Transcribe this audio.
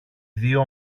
δυο